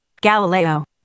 Galileo